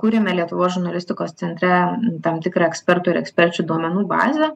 kuriame lietuvos žurnalistikos centre tam tikra ekspertų ir eksperčių duomenų bazę